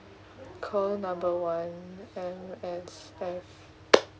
call number one M_S_F